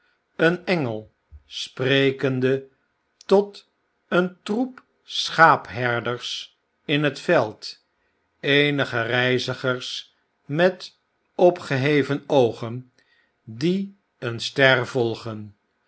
een engel sprekende tot een troep schaapherders in het veld eenige reizigers met opgeheven oogen die een ster volgen